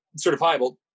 certifiable